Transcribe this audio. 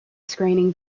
screening